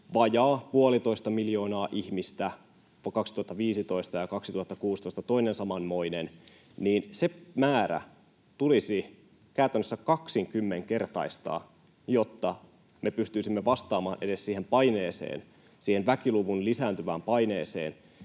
vajaa puolitoista miljoonaa ihmistä vuonna 2015 ja vuonna 2016 toinen samanmoinen, niin se määrä tulisi käytännössä 20-kertaistaa, jotta me pystyisimme vastaamaan edes siihen paineeseen, siihen väkiluvun lisääntyvään paineeseen,